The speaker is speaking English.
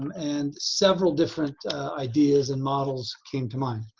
and several different ideas and models came to mind.